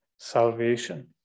salvation